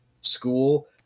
school